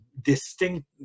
distinct